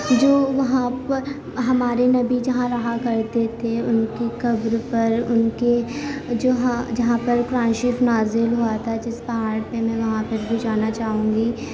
جو وہاں پر ہمارے نبی جہاں رہا کرتے تھے ان کی قبر پر ان کے جہاں جہاں پر قرآن شریف نازل ہوا تھا جس پہاڑ پر میں وہاں پہ بھی جانا چاہوں گی